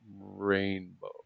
Rainbow